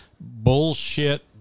bullshit